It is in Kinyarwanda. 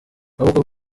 ahubwo